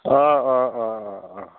অ' অ' অ' অ' অ'